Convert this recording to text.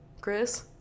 chris